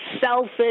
selfish